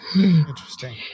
Interesting